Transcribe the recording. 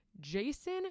Jason